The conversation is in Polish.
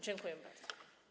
Dziękuję bardzo.